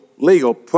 Legal